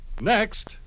Next